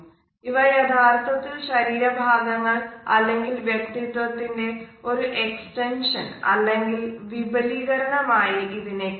ഇവ യഥാർത്ഥത്തിൽ ശരീര ഭാഗങ്ങൾ അല്ലെങ്കിലും വ്യക്തിതത്വിന്റെ ഒരു എക്സ്റ്റൻഷൻ അല്ലെങ്കിൽ വിപുലീകരണം ആയി ഇതിനെ കാണാം